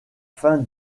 fin